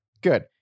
Good